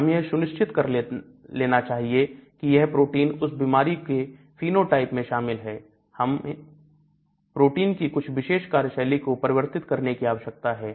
हमें यह सुनिश्चित कर लेना चाहिए कि यह प्रोटीन उस विशेष बीमारी के Phenotype में शामिल है हमें प्रोटीन की कुछ विशेष कार्यशैली को परिवर्तित करने की आवश्यकता है